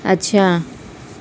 اچھا